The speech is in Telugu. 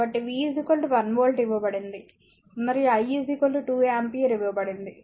కాబట్టి V 1 వోల్ట్ ఇవ్వబడింది మరియు I 2 ఆంపియర్ ఇవ్వబడింది